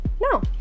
No